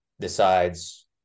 decides